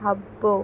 అబ్బో